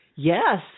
Yes